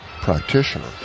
practitioner